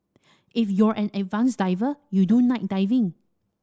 if you're an advanced diver you do night diving